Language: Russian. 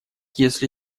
если